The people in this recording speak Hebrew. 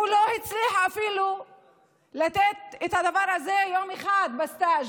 הוא לא הצליח להיות אפילו יום אחד בסטאז'.